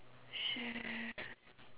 share